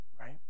Right